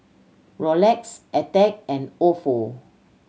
Rolex Attack and Ofo